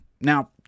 Now